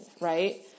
right